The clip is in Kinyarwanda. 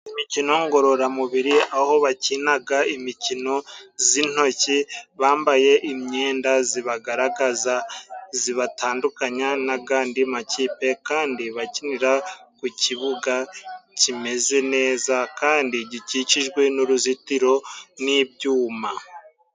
Imikino ngororamubiri aho bakinaga imikino z'intoki bambaye imyenda zibagaragaza zibatandukanya nagandi makipe kandi bakinira ku kibuga kimeze neza kandi gikikijwe n'uruzitiro n'ibyuma.